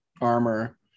armor